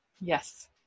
Yes